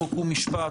חוק ומשפט,